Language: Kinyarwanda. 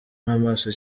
n’amaso